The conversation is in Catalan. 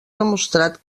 demostrat